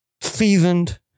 Seasoned